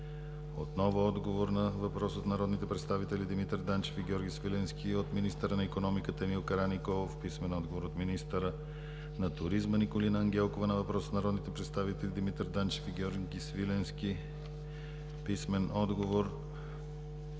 Отново отговор на въпрос от народните представители Димитър Данчев и Георги Свиленски от министъра на икономиката Емил Караниколов. Писмен отговор от: - министъра на туризма Николина Ангелкова на въпрос от народните представители Димитър Данчев и Георги Свиленски; - министъра